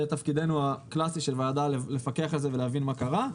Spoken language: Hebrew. תפקידנו לפקח על זה ולהבין מה קרה.